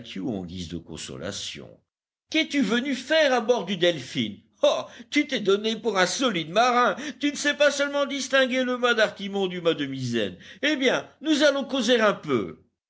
en guise de consolation qu'es-tu venu faire à bord du delphin ah tu t'es donné pour un solide marin tu ne sais pas seulement distinguer le mât d'artimon du mât de misaine eh bien nous allons causer un peu